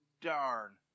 darn